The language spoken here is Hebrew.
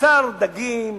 בשר דגים,